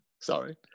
Sorry